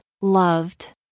loved